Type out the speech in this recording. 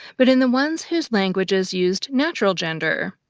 but in the ones whose languages used natural gender.